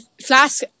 Flask